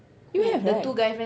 you have right